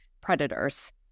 predators